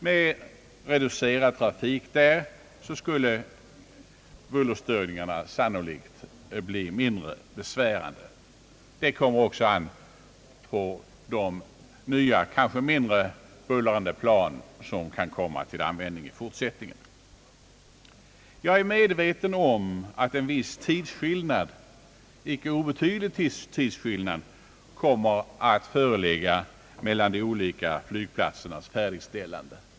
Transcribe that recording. Med reducerad trafik där skulle bullerstörningarna sannolikt bli mindre besvärande. Det kommer också an på de nya, kanske mindre bullrande plan som kan komma till användning i fortsättningen. Jag är medveten om att en viss icke obetydlig tidsskillnad kommer att föreligga för de olika flygplatsernas färdigställande.